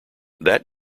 that